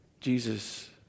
Jesus